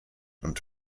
und